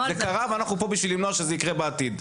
זה קרה ואנחנו כאן בשביל למנוע שזה יקרה בעתיד.